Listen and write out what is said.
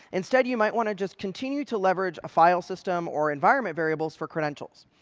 instead, you might want to just continue to leverage a file system or environment variables for credentials.